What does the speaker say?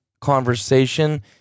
conversation